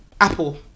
Apple